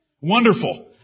Wonderful